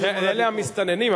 אלה המסתננים,